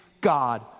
God